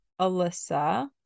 Alyssa